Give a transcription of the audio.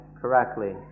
correctly